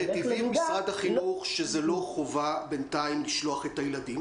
משרד החינוך שזו לא חובה לשלוח את הילדים,